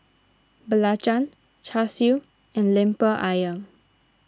Belacan Char Siu and Lemper Ayam